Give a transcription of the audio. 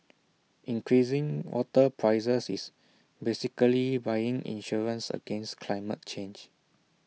increasing water prices is basically buying insurance against climate change